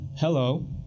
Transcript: hello